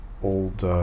old